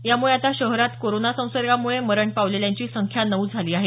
यामुळे आता शहरात कोरोना संसर्गामुळे मरण पावलेल्यांची संख्या नऊ झाली आहे